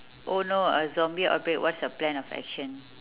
oh no a zombie outbreak what's your plan of action